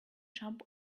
jump